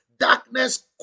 Darkness